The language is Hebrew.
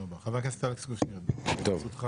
חבר הכנסת אלכס קושניר, התייחסותך?